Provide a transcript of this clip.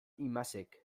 imazek